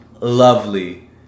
lovely